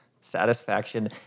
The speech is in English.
satisfaction